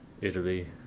Italy